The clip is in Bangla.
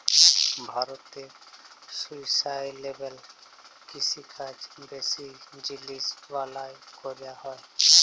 ভারতে সুস্টাইলেবেল কিষিকাজ বেশি জিলিস বালাঁয় ক্যরা হ্যয়